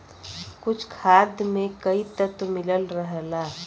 कुछ खाद में कई तत्व मिलल रहला